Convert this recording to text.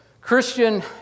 Christian